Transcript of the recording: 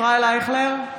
ישראל אייכלר,